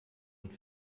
und